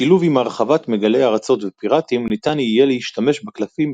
בשילוב עם הרחבת מגלי ארצות ופיראטים ניתן יהיה להשתמש בקלפים